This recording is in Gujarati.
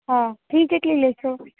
હં ફી કેટલી લેશો